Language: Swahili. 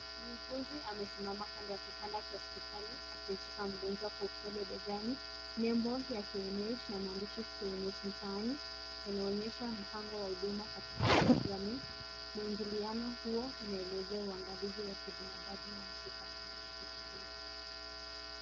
Muuguzi amesimama kando ya kitanda cha hospitali, akimshika mgonjwa kwa upole, begani. Nembo ya KNH , na maandishi KNH mtaani yanaonyesha mpango wa huduma katika jamii, mwingiliano huo, unaelezea uangalizi wa kibinadamu na mshikamano wa kitabibu.